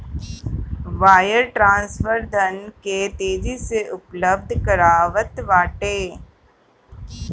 wire transfer धन के तेजी से उपलब्ध करावत बाटे